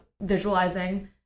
visualizing